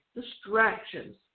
distractions